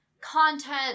content